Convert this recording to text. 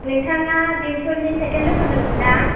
नोंथाङा बेंथलनि साइकेल दखान्दार मोनना